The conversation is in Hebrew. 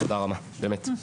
תודה רבה, באמת.